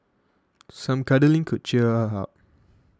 some cuddling could cheer her up